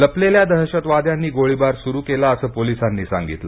लपलेल्या दहशतवाद्यांनी गोळीबार सुरू केंला असं पोलिसांनी सांगितलं